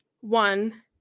one